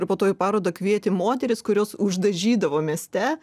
ir po to į parodą kvietė moteris kurios uždažydavo mieste